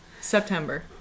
September